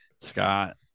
Scott